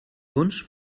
wunsch